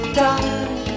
die